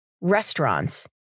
restaurants